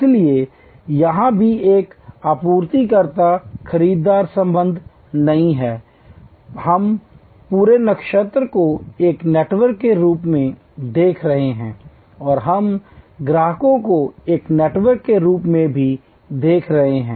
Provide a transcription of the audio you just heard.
इसलिए यहां भी एक आपूर्तिकर्ता खरीदार संबंध नहीं है हम पूरे नक्षत्र को एक नेटवर्क के रूप में देख रहे हैं और हम ग्राहकों को एक नेटवर्क के रूप में भी देख रहे हैं